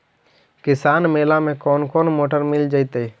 किसान मेला में कोन कोन मोटर मिल जैतै?